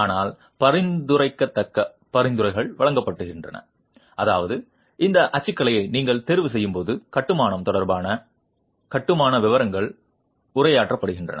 ஆனால் பரிந்துரைக்கத்தக்க பரிந்துரைகள் வழங்கப்படுகின்றன அதாவது இந்த அச்சுக்கலையை நீங்கள் தேர்வு செய்யும் போது கட்டுமானம் தொடர்பான கட்டுமான விவரங்கள் உரையாற்றப்படுகின்றன